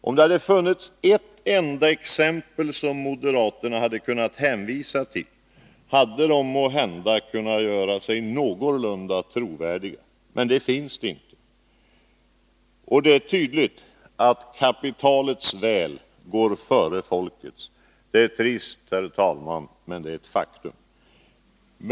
Om det hade funnits ett enda exempel som moderaterna hade kunnat hänvisa till, hade de måhända kunnat göra sig någorlunda trovärdiga. Men det finns det inte. Det är tydligt att kapitalets väl går före folkets. Det är trist, herr talman, men det är ett faktum.